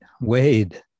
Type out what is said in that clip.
Wade